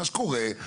מה שקורה,